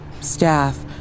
staff